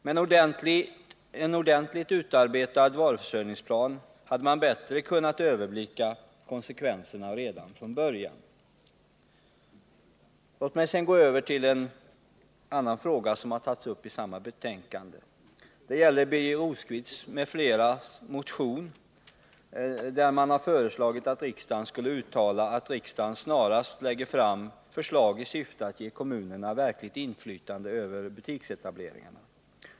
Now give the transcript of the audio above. Med en ordentligt utarbetad varuförsörjningsplan hade man bättre kunnat överblicka konsekvenserna redan från början. Låt mig sedan gå över till en annan fråga som har tagits upp i samma betänkande. Det gäller Birger Rosqvists m.fl. motion med förslag att riksdagen beslutar att hos regeringen begära snara förslag i syfte att ge kommunerna verkligt inflytande över butiksetableringarna.